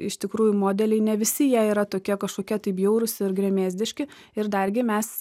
iš tikrųjų modeliai ne visi jie yra tokie kažkokie tai bjaurūs ir gremėzdiški ir dargi mes